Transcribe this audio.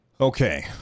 Okay